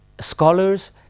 scholars